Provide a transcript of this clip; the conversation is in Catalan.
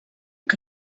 que